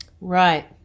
Right